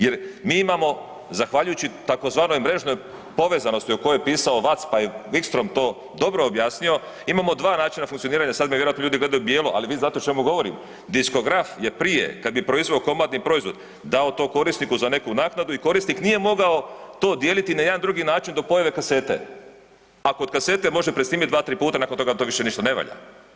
Jer mi imamo zahvaljujući tzv. mrežnoj povezanosti o kojoj je pisao …/nerazumljivo/… pa je Victron to dobro objasnio imamo dva načina funkcioniranja, sad me vjerojatno ljudi gledaju bijelo, ali vi znate o čemu govorim, diskograf bi prije kad je proizveo komadni proizvod dao to korisniku za neku naknadu i korisnik nije mogao to dijeliti ni na jedan drugi način do pojave kasete, a kod kasete može presnimiti 2-3 puta nakon toga to više ništa ne valja.